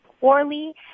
poorly